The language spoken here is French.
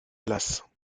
place